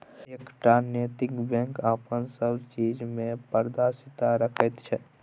एकटा नैतिक बैंक अपन सब चीज मे पारदर्शिता राखैत छै